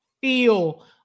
feel